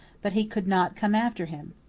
but he could not come after him.